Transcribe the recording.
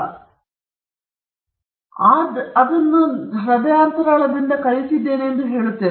ಅದಕ್ಕಾಗಿ ನಾವು ಬೇರೆ ಬೇರೆ ಪದಗಳನ್ನು ಹೊಂದಿದ್ದೇವೆ ನಾನು ಅದನ್ನು ನೆನಪಿಸಿಕೊಂಡಿದ್ದೇನೆ ಅಥವಾ ಹೃದಯದಿಂದ ಅದನ್ನು ಕಲಿತಿದ್ದೇನೆ ಎಂದು ನಾವು ಹೇಳುತ್ತೇವೆ